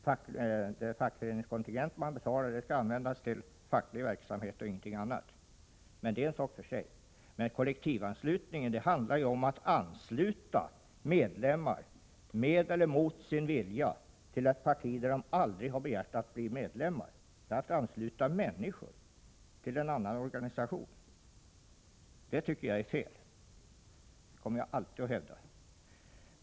Den fackföreningskontingent man betalar skall användas till facklig verksamhet och ingenting annat, men det är en sak för sig. Kollektivanslutningen handlar ju om att — med eller mot deras vilja — ansluta människor till ett parti som de aldrig begärt att få bli medlemmar ii, att ansluta föreningens medlemmar till en annan organisation. Jag tycker att det är fel, och det kommer jag alltid att hävda.